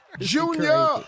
Junior